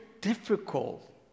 difficult